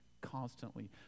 constantly